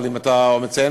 אבל אם אתה מציין,